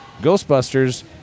Ghostbusters